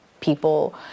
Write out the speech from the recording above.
people